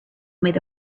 made